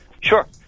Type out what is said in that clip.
Sure